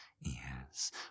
yes